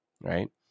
Right